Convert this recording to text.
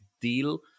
deal